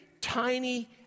tiny